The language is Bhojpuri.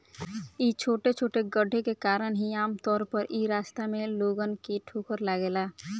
इ छोटे छोटे गड्ढे के कारण ही आमतौर पर इ रास्ता में लोगन के ठोकर लागेला